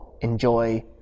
enjoy